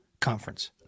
conference